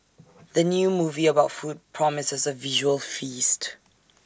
the new movie about food promises A visual feast